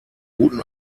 guten